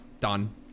Done